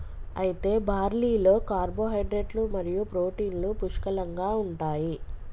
అయితే బార్లీలో కార్పోహైడ్రేట్లు మరియు ప్రోటీన్లు పుష్కలంగా ఉంటాయి